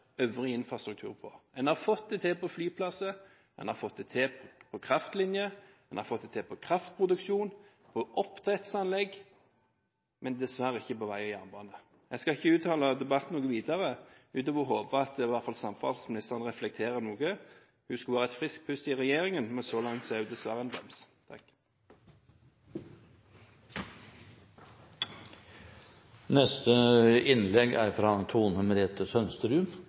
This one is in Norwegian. øvrig infrastruktur på. En har fått det til på flyplasser, en har fått det til på kraftlinjer, en har fått det til på kraftproduksjon, på oppdrettsanlegg – men dessverre ikke på vei og jernbane. Jeg skal ikke hale ut debatten mer, utover å håpe at i hvert fall samferdselsministeren reflekterer litt over dette. Hun skulle være et friskt pust i regjeringen, men så langt er hun dessverre en brems. Representanten Hareide, og nå Solvik-Olsen, snakket i sine innlegg